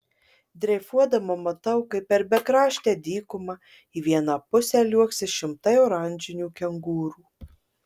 dreifuodama matau kaip per bekraštę dykumą į vieną pusę liuoksi šimtai oranžinių kengūrų